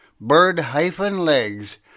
bird-legs